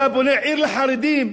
אתה בונה עיר לחרדים,